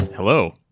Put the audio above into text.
Hello